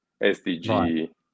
SDG